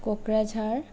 Kokrajhar